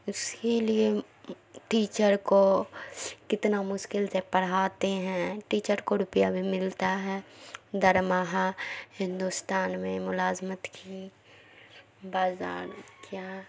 اسی لیے ٹیچڑ کو کتنا مشکل سے پڑھاتے ہیں ٹیچر کو روپیہ بھی ملتا ہے ہر ماہ ہندوستان میں ملازمت کی بازار کیا